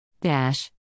Dash